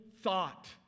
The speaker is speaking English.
thought